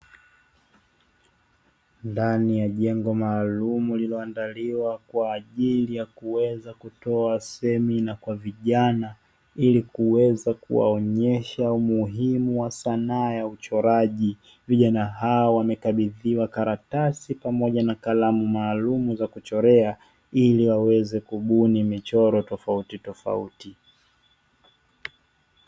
Ndani ya jengo maalum lililoandaliwa kwa ajili ya kuweza kutoa semina kwa vijana ili kuweza kuwaonyesha umuhimu wa sanaa ya uchoraji, vijana hao wamekabidhiwa karatasi pamoja na kalamu maalum za kuchorea ili waweze kubuni michoro tofauti tofauti.